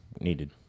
needed